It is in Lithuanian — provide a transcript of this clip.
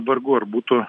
vargu ar būtų